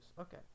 okay